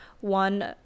one